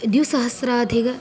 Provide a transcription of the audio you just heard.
द्विसहस्राधिक